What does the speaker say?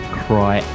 cry